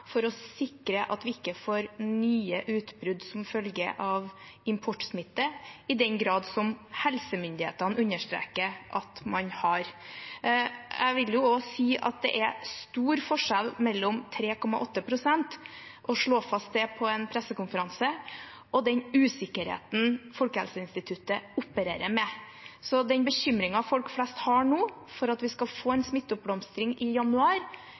for å sikre at vi ikke får nye utbrudd som følge av importsmitte, i den grad helsemyndighetene understreker at man har? Jeg vil si at det er stor forskjell mellom 3,8 pst. – å slå fast det på en pressekonferanse – og den usikkerheten Folkehelseinstituttet opererer med. På bakgrunn av den bekymringen folk flest nå har for at vi skal få en smitteoppblomstring i januar,